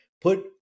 put